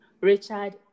Richard